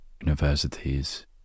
universities